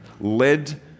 led